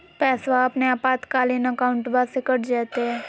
पैस्वा अपने आपातकालीन अकाउंटबा से कट जयते?